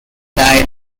died